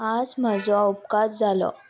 आज म्हजो अपघात जालो